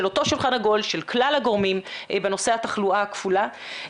של אותו שולחן עגול של כלל הגורמים בנושא התחלואה הכפולה.